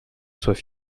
soient